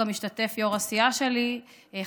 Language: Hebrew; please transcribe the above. מסקנות ועדת הבריאות בעקבות דיון מהיר בהצעתם של